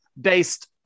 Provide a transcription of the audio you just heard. based